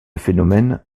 phénomène